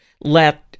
let